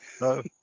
no